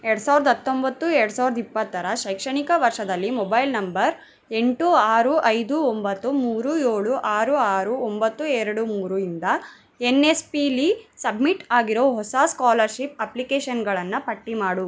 ಎರಡು ಸಾವಿರದ ಹತ್ತೊಂಬತ್ತು ಎರಡು ಸಾವಿರದ ಇಪ್ಪತ್ತರ ಶೈಕ್ಷಣಿಕ ವರ್ಷದಲ್ಲಿ ಮೊಬೈಲ್ ನಂಬರ್ ಎಂಟು ಆರು ಐದು ಒಂಬತ್ತು ಮೂರು ಏಳು ಆರು ಆರು ಒಂಬತ್ತು ಎರಡು ಮೂರು ಇಂದ ಎನ್ ಎಸ್ ಪಿಲಿ ಸಬ್ಮಿಟ್ ಆಗಿರೋ ಹೊಸ ಸ್ಕಾಲರ್ಷಿಪ್ ಅಪ್ಲಿಕೇಷನ್ಗಳನ್ನ ಪಟ್ಟಿ ಮಾಡು